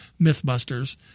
Mythbusters